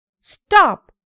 Stop